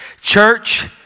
Church